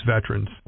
veterans